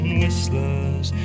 whistlers